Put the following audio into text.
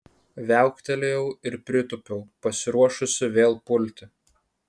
viauktelėjau ir pritūpiau pasiruošusi vėl pulti